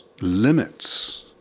limits